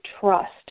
trust